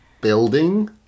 building